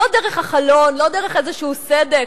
לא דרך החלון, לא דרך איזשהו סדק.